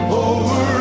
over